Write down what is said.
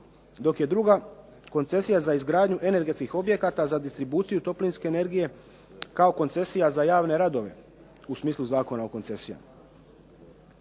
dok je druga koncesija za izgradnju energetskih objekata za distribuciju toplinske energije kao koncesija za javne radove u smislu Zakona o koncesijama.